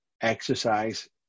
exercise